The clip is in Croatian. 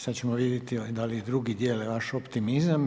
Sada ćemo vidjeti da li i drugi dijele vaš optimizam.